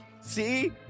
See